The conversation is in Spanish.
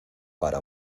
para